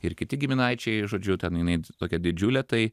ir kiti giminaičiai žodžiu ten jinai tokia didžiulė tai